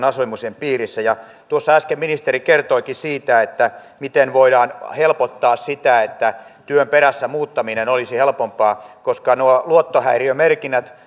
asumisen piirissä tuossa äsken ministeri kertoikin siitä miten voidaan helpottaa sitä että työn perässä muuttaminen olisi helpompaa koska luottohäiriömerkinnät